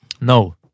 No